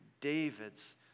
David's